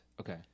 Okay